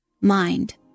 mind